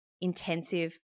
intensive